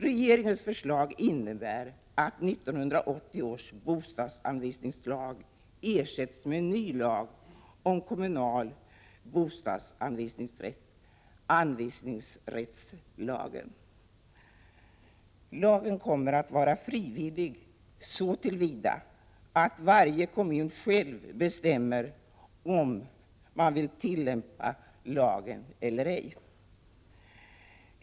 Regeringens förslag innebär att 1980 års bostadsanvisningslag ersätts med en ny lag om kommunal bostadsanvisningsrätt — anvisningsrättslagen. Lagen kommer att vara frivillig så till vida att varje kommun själv bestämmer om den vill tillämpa lagen eller ej.